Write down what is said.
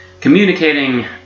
communicating